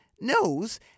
knows